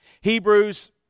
Hebrews